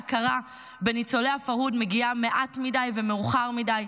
ההכרה בניצולי הפרהוד מגיעה מעט מדי ומאוחר מדי.